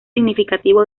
significativo